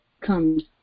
comes